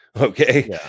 Okay